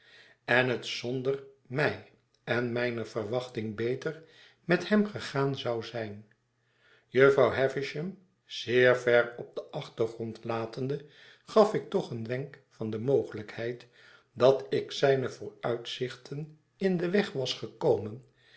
en het zonder mij en mijne verwachtingen beter met hem gegaan zou zijn jufvrouw havisham zeer ver op den achtergrond latende gaf ik toch een wenk van de mogelijkheid dat ik zijne vooruitzichten in den weg was gekomen